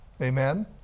Amen